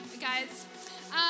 guys